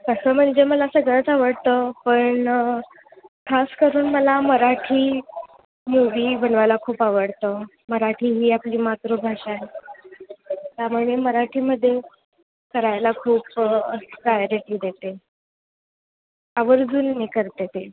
तसं म्हणजे मला सगळंच आवडतं पण खास करून मला मराठी मूव्ही बनवायला खूप आवडतं मराठी ही आपली मातृभाषा आहे त्यामुळे मी मराठीमध्ये करायला खूप प्राएरिटी देते आवड म्हणून मी करते ते